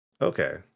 Okay